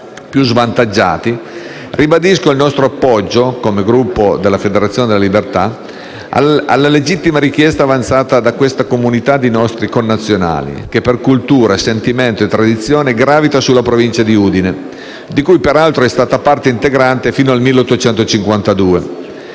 più svantaggiati, ribadisco l'appoggio del Gruppo Federazione della Liberta alla legittima richiesta avanzata da questa comunità di nostri connazionali che per cultura, sentimento e tradizione gravita sulla provincia di Udine, di cui peraltro è stata parte integrante fino al 1852,